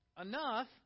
Enough